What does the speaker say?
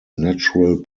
natural